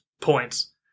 points